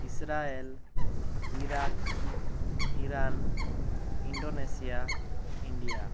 Israel Iraq Iran Indonesia India